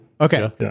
Okay